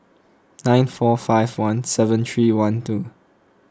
nine four five one seven three one two